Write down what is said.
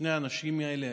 שני האנשים האלה,